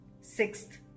Sixth